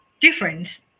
difference